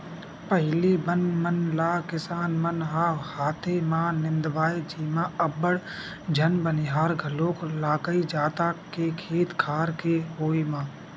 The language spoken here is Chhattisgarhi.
पहिली बन मन ल किसान मन ह हाथे म निंदवाए जेमा अब्बड़ झन बनिहार घलोक लागय जादा के खेत खार के होय म